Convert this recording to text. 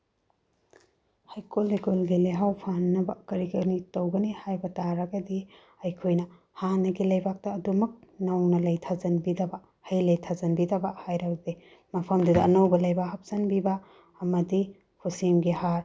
ꯍꯩꯀꯣꯜ ꯂꯩꯀꯣꯜꯒꯤ ꯂꯩꯍꯥꯎ ꯐꯍꯟꯅꯕ ꯀꯔꯤ ꯀꯔꯤ ꯇꯧꯒꯅꯤ ꯍꯥꯏꯕ ꯇꯥꯔꯒꯗꯤ ꯑꯩꯈꯣꯏꯅ ꯍꯥꯟꯅꯒꯤ ꯂꯩꯕꯥꯛꯇ ꯑꯗꯨꯝꯃꯛ ꯅꯧꯅ ꯂꯩꯊꯖꯤꯟꯕꯤꯗꯕ ꯍꯩ ꯂꯩ ꯊꯥꯖꯤꯟꯕꯤꯗꯕ ꯍꯥꯏꯔꯕꯗꯤ ꯃꯐꯝꯗꯨꯗ ꯑꯅꯧꯕ ꯂꯩꯕꯥꯛ ꯍꯥꯞꯆꯤꯟꯕꯤꯕ ꯑꯃꯗꯤ ꯈꯨꯠꯁꯦꯝꯒꯤ ꯍꯥꯔ